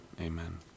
amen